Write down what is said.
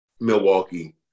Milwaukee